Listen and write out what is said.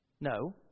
No